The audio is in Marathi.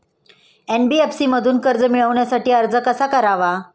एन.बी.एफ.सी मधून कर्ज मिळवण्यासाठी अर्ज कसा करावा?